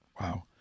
Wow